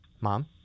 Mom